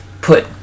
put